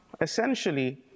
essentially